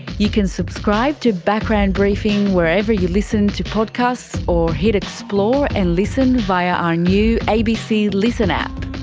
you can subscribe to background briefing wherever you listen to podcasts or hit explore and listen via our new abc listen app.